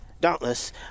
Dauntless